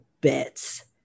bits